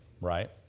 right